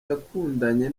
yakundanye